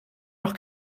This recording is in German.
noch